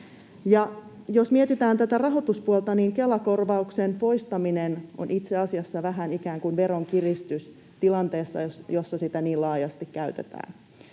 Jos mietitään tätä rahoituspuolta, niin Kela-korvauksen poistaminen on itse asiassa vähän ikään kuin veronkiristys tilanteessa, jossa sitä niin laajasti käytetään.